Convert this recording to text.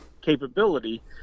capability